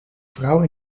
vrouw